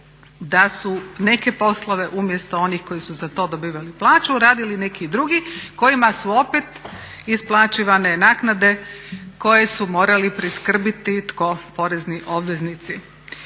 da su neke poslove umjesto onih koji su za to dobivali plaću radili neki drugi kojima su opet isplaćivane naknade koje su morali priskrbiti tko? Porezni obveznici.